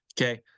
Okay